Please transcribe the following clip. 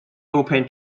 open